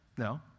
No